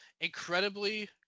Incredibly